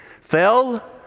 fell